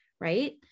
Right